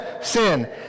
sin